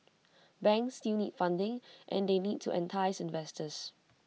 banks still need funding and they need to entice investors